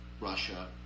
Russia